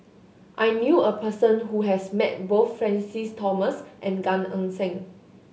i knew a person who has met both Francis Thomas and Gan Eng Seng